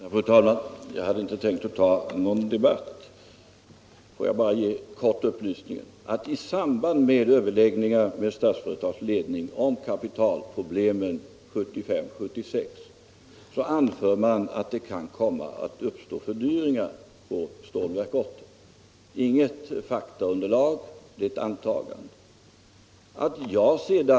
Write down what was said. Fru talman! Jag har inte tänkt ta upp någon ytterligare debatt. Får jag bara lämna en kort upplysning. I samband med överläggningar med Statsföretags ledning om kapitalproblemen 1975/76 anförs att det kan uppstå fördyringar på Stålverk 80.